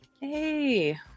Hey